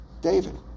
david